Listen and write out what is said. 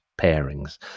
pairings